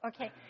Okay